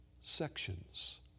sections